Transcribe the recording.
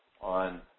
on